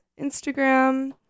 Instagram